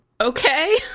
Okay